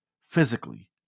physically